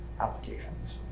applications